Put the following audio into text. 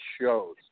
shows